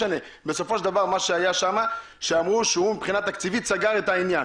ובסופו של דבר מה שהיה שם שאמרו שהוא מבחינה תקציבית סגר את העניין.